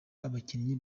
abakinnyi